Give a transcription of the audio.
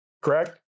Correct